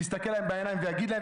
שיסתכל להם בעיניים ויגיד להם,